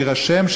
שיירשם,